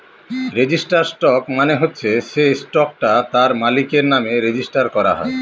registered stock মানে হচ্ছে সে স্টকটা তার মালিকের নামে রেজিস্টার করা হয়